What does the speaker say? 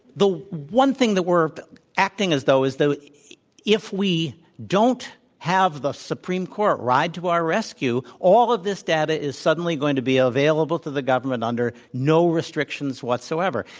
the one thing that we're acting as though is though if we don't have the supreme court ride to our rescue, all of this data is suddenly going to be available to the government under no restrictions whatsoever.